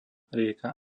rieka